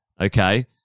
okay